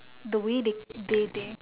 the way they they